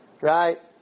right